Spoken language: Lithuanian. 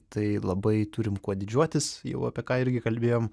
tai labai turim kuo didžiuotis jau apie ką irgi kalbėjom